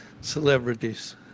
celebrities